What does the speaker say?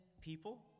people